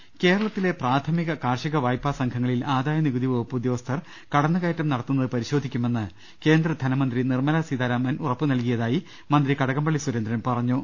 രദേഷ്ടെടു കേരളത്തിലെ പ്രാഥമിക കാർഷിക വായ്പാ സംഘങ്ങളിൽ ആദായനി കുതി വകുപ്പ് ഉദ്യോഗസ്ഥർ കടന്നുകയറ്റം നടത്തുന്നത് പരിശോധിക്കുമെന്ന് കേന്ദ്ര ധനമന്ത്രി നിർമല സീതാരാമൻ ഉറപ്പുനൽകിയതായി മന്ത്രി കടകം പള്ളി സുരേന്ദ്രൻ പറഞ്ഞു